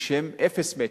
שהן אפס "מצ'ינג",